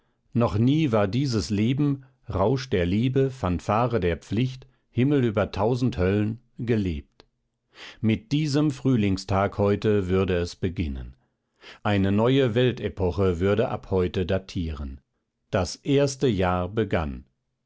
noch nie war dieses leben rausch der liebe fanfare der pflicht himmel über tausend höllen gelebt mit diesem frühlingstag heute würde es beginnen eine neue weltepoche würde ab heute datieren das erste jahr begann